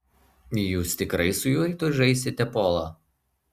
jūs tikrai su juo rytoj žaisite polą